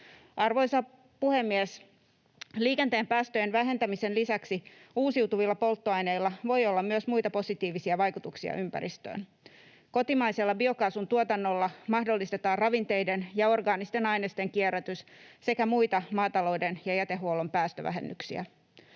Arvoisa puhemies! Liikenteen päästöjen vähentämisen lisäksi uusiutuvilla polttoaineilla voi olla myös muita positiivisia vaikutuksia ympäristöön. Kotimaisella biokaasun tuotannolla mahdollistetaan ravinteiden ja orgaanisten ainesten kierrätys sekä muita maatalouden ja jätehuollon päästövähennyksiä.